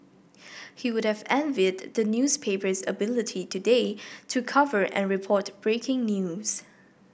he would have envied the newspaper's ability today to cover and report breaking news